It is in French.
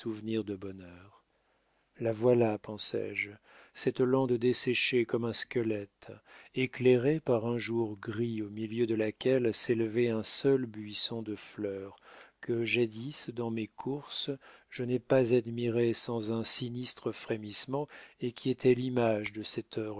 de bonheur la voilà pensai-je cette lande desséchée comme un squelette éclairée par un jour gris au milieu de laquelle s'élevait un seul buisson de fleurs que jadis dans mes courses je n'ai pas admirée sans un sinistre frémissement et qui était l'image de cette